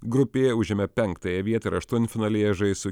grupėje užėmė penktąją vietą ir aštuntfinalyje žais su